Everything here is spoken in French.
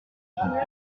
tromper